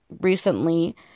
recently